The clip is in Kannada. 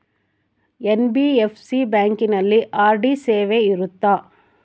ಎನ್.ಬಿ.ಎಫ್.ಸಿ ಬ್ಯಾಂಕಿನಲ್ಲಿ ಆರ್.ಡಿ ಸೇವೆ ಇರುತ್ತಾ?